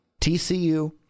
TCU